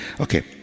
Okay